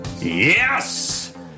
Yes